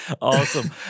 Awesome